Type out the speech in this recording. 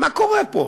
מה קורה פה?